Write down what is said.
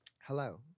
Hello